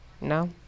No